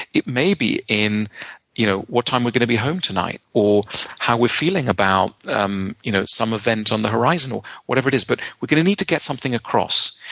it may be in you know what time we're gonna be home tonight, or how we're feeling about um you know some event on the horizon, or whatever it is, but we're gonna need to get something across.